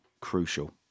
crucial